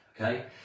okay